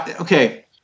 Okay